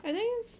I think